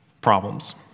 Problems